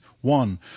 One